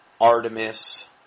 Artemis